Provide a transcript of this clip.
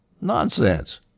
Nonsense